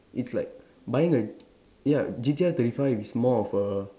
it's like buying a ya G_T_R thirty five is more of a